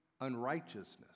unrighteousness